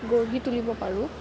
গঢ়ি তুলিব পাৰোঁ